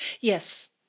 Yes